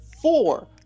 four